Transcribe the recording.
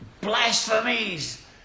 blasphemies